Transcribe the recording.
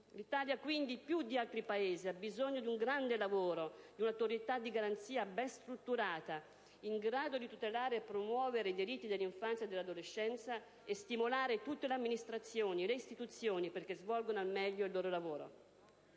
L'Italia, quindi, più di altri Paesi ha bisogno di un grande lavoro di un'Autorità di garanzia ben strutturata, in grado di tutelare e promuovere i diritti dell'infanzia e dell'adolescenza e stimolare tutte le amministrazioni e le istituzioni perché svolgano al meglio il loro lavoro.